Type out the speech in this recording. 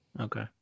Okay